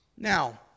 Now